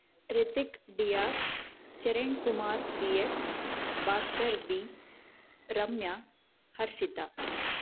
Hrithik D R Charan Kumar B S Bhaskar B Ramya Harshita